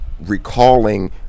recalling